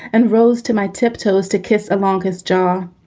and rose to my tiptoes to kiss along his jaw.